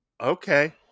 okay